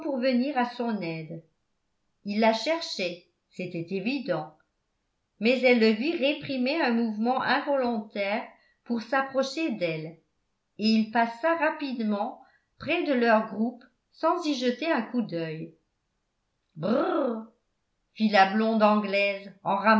venir à son aide il la cherchait c'était évident mais elle le vit réprimer un mouvement involontaire pour s'approcher d'elle et il passa rapidement près de leur groupe sans y jeter un coup d'œil brrr fit la blonde anglaise